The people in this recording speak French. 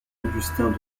augustin